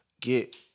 get